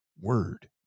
word